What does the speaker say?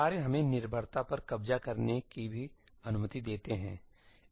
कार्य हमें निर्भरता पर कब्जा करने की भी अनुमति देते हैं